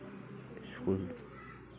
ᱥᱚᱵ